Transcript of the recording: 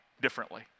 differently